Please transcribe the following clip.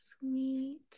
Sweet